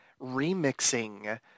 remixing